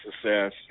success